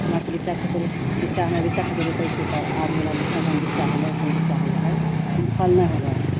हमरा आओरके बिच्चा खसेलक बिच्चा हमे बिच्चाके जे रोपैत छियै तऽ आब जेना बिच्चा बिच्चा होलै ऊपर मे बिच्चा होबै है ओ फल नहि होबऽ है